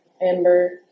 Amber